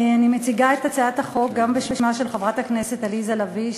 אני מציגה את הצעת החוק גם בשמה של חברת הכנסת עליזה לביא,